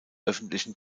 öffentlichen